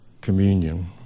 communion